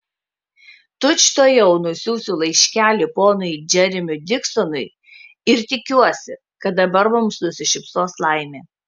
tučtuojau nusiųsiu laiškelį ponui džeremiui diksonui ir tikiuosi kad dabar mums nusišypsos laimė